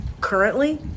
currently